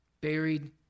buried